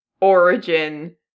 origin